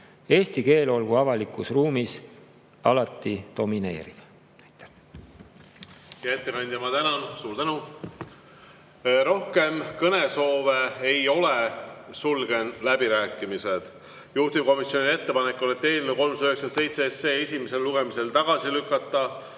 Eesti keel olgu avalikus ruumis alati domineeriv. Aitäh! Hea ettekandja, ma tänan! Suur tänu! Rohkem kõnesoove ei ole, sulgen läbirääkimised. Juhtivkomisjoni ettepanek on eelnõu 397 esimesel lugemisel tagasi lükata,